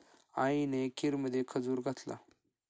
आईने खीरमध्ये खजूर घातला